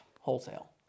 wholesale